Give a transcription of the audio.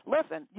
Listen